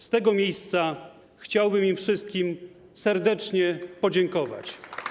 Z tego miejsca chciałbym im wszystkim serdecznie podziękować.